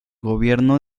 gobierno